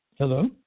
Hello